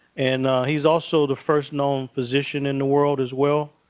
and he's also the first known physician in the world as well.